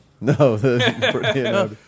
No